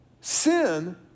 Sin